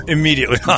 Immediately